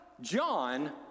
John